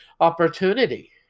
opportunity